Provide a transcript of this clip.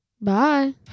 Bye